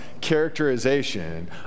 characterization